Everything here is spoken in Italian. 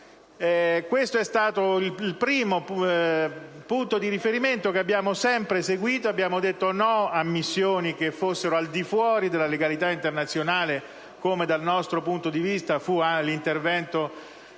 Questo è stato il primo punto di riferimento che abbiamo sempre seguito: abbiamo detto no a missioni che fossero al di fuori della legalità internazionale, come è stato, dal nostro punto di vista, l'intervento